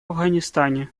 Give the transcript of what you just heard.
афганистане